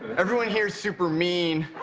everyone here's super mean.